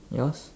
yours